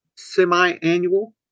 semi-annual